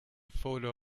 photo